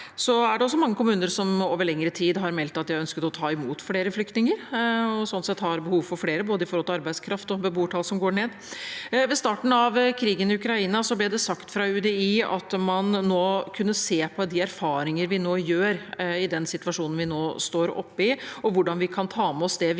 Det er også mange kommuner som over lengre tid har meldt at de har ønsket å ta imot flere flyktninger, og slik sett har behov for flere med tanke på både arbeidskraft og beboertall som går ned. Ved starten av krigen i Ukraina ble det sagt fra UDI at man kunne se på de erfaringene vi nå får, i den situasjonen vi står oppe i, og hvordan vi kan ta med oss dem videre.